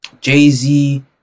Jay-Z